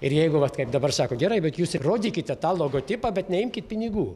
ir jeigu vat kaip dabar sako gerai bet jūs ir rodykite tą logotipą bet neimkit pinigų